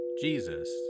Jesus